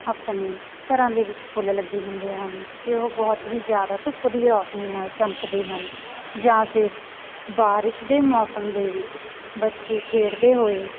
ਆਪਣੇ ਘਰਾਂ ਦੇ ਵਿੱਚ ਫੁੱਲ ਲੱਗੇ ਹੁੰਦੇ ਹਨ ਅਤੇ ਉਹ ਬਹੁਤ ਹੀ ਜ਼ਿਆਦਾ ਧੁੱਪ ਦੀ ਰੋਸ਼ਨੀ ਨਾਲ ਚਮਕਦੇ ਹਨ ਜਾਂ ਫਿਰ ਬਾਰਿਸ਼ ਦੇ ਮੌਸਮ ਦੇ ਵਿੱਚ ਬੱਚੇ ਖੇਡਦੇ ਹੋਏ